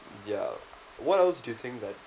ya what else do you think that